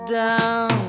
down